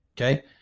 Okay